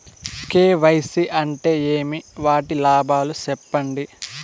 KYC అంటే ఏమి? వాటి లాభాలు సెప్పండి?